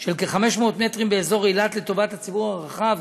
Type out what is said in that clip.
של כ-500 מטרים באזור אילת לטובת הציבור הרחב.